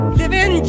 living